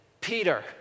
Peter